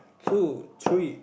two three